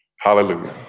Hallelujah